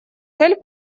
цель